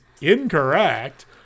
incorrect